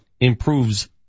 improves